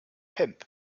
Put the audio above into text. pump